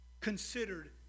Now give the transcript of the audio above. considered